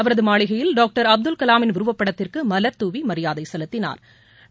அவரது மாளிகையில் டாக்டர் அப்துல் கலாமின் உருவப்படத்திற்கு மல்தூவி மரியாதை செலுத்தினாா்